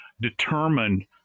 determine